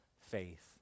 faith